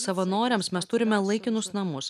savanoriams mes turime laikinus namus